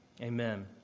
Amen